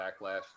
backlash